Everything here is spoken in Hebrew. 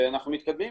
ואנחנו מתקדמים.